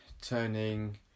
turning